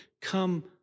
Come